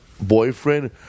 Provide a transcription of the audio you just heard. boyfriend